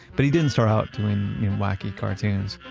but he didn't start out doing wacky cartoons.